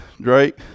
Drake